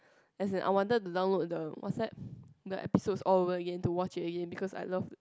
as in I wanted to download the what's that the episodes all over again to watch it again because I love